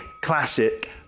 classic